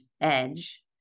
edge